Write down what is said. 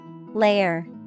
Layer